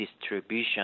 distribution